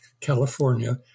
California